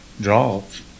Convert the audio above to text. jobs